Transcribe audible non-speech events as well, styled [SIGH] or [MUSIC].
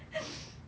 [NOISE]